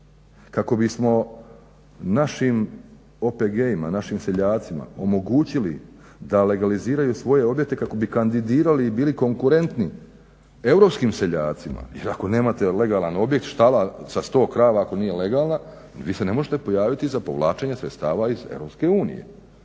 kako bismo našim OPG-ima, našim seljacima omogućili da legaliziraju svoje objekte kako bi kandidirali i bili konkurentni europskim seljacima jer ako nemate legalan objekt štala sa 100 krava ako nije legalna vi se ne možete pojaviti za povlačenje sredstava iz EU.